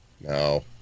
No